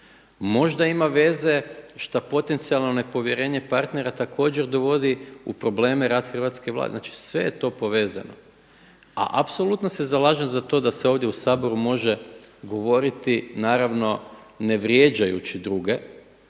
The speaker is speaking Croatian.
Možda ima veze šta potencijalno nepovjerenje partnera također dovodi u probleme rad hrvatske Vlade, znači sve je to povezano. A apsolutno se zalažem za to da se ovdje u Saboru može govoriti naravno ne vrijeđajući druge